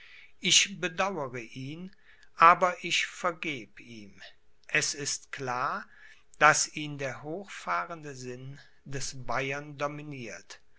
ich bedaure ihn aber ich vergeb ihm es ist klar daß ihn der hochfahrende sinn des bayern dominiert